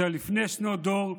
שלפני שנות דור,